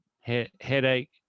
headache